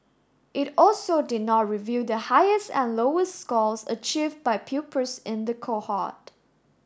it also did not reveal the highest and lowest scores achieve by pupils in the cohort